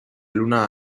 luna